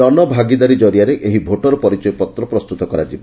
ଜନ ଭାଗିଦାରୀ ଜରିଆରେ ଏହି ଭୋଟର୍ ପରିଚୟ ପତ୍ ପ୍ରସ୍ତୁତ କରାଯିବ